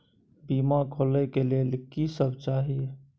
बीमा खोले के लेल की सब चाही?